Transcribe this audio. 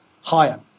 higher